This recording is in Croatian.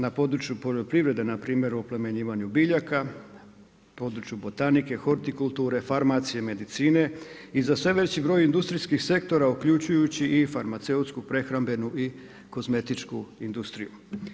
Na području poljoprivrede na primjer o oplemenjivanju biljaka, području botanike, hortikulture, farmacije, medicine i za sve veći broj industrijskih sektora uključujući i farmaceutsku, prehrambenu i kozmetičku industriju.